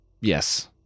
Yes